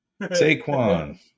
Saquon